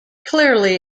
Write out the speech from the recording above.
clearly